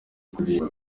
kuririmba